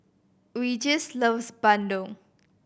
Regis loves Bandung